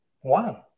one